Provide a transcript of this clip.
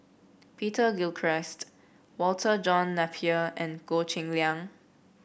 Peter Gilchrist Walter John Napier and Goh Cheng Liang